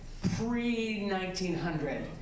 pre-1900